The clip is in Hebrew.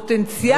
זה עוד ארוך?